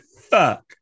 fuck